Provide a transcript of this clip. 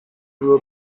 grew